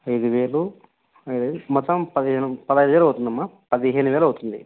ఐదు వేలు అ మొత్తం పదిహేను పదహైదు వేలు అవుతుందమ్మా పదిహేను వేలు అవుతుంది